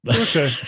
Okay